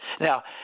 Now